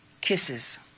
kisses